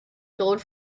glowed